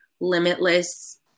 limitless